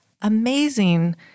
amazing